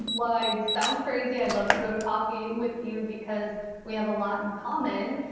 like sounds crazy. i'd love to go to coffee with you because we have a lot in common.